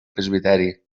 presbiteri